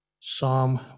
psalm